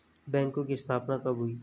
बैंकों की स्थापना कब हुई?